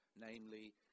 namely